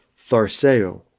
tharseo